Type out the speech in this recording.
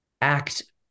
act